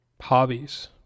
hobbies